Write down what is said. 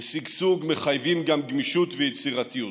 ושגשוג מחייבים גם גמישות ויצירתיות.